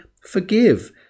forgive